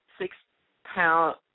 six-pound